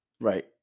Right